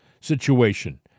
situation